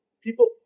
people